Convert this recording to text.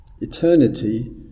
eternity